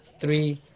three